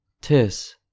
Tis